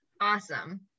Awesome